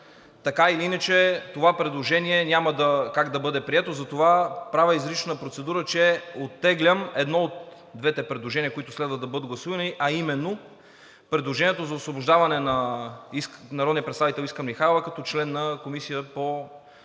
така или иначе това предложение няма как да бъде прието. Затова правя изрична процедура, че оттеглям едно от двете предложения, които следва да бъдат гласувани, а именно – предложението за освобождаване на народния представител